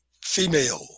female